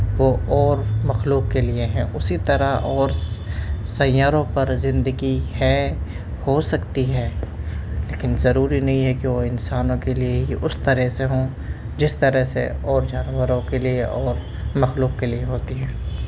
وہ اور مخلوق کے لیے ہیں اسی طرح اور سیاروں پر زندگی ہے ہوسکتی ہے لیکن ضروری نہیں ہے کہ وہ انسانوں کے لیے ہی اس طرح سے ہوں جس طرح سے اور جانوروں کے لیے اور مخلوق کے لیے ہوتی ہیں